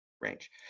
range